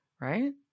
Right